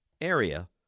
area